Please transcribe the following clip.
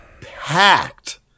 packed